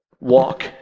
walk